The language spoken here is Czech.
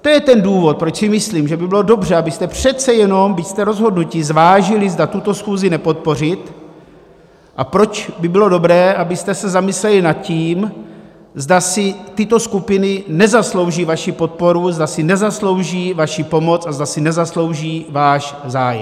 To je ten důvod, proč si myslím, že by bylo dobře, abyste přece jenom, byť jste rozhodnuti, zvážili, zda tuto schůzi nepodpořit, a proč by bylo dobré, abyste se zamysleli nad tím, zda si tyto skupiny nezaslouží vaši podporu, zda si nezaslouží vaši pomoc a zda si nezaslouží váš zájem.